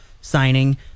signing